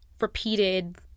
repeated